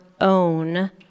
own